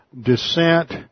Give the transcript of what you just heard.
descent